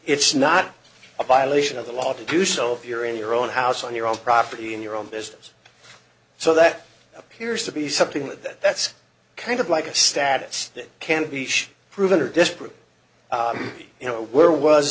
it's not a violation of the law to do so if you're in your own house on your own property in your own business so that appears to be something that that's kind of like a status that can be proven or disproven you know where was